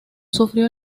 sufrió